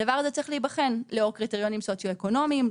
הדבר הזה צריך להיבחן לאור קריטריונים סוציו-אקונומיים,